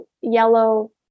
yellow